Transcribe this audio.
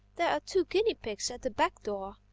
there are two guinea-pigs at the back door.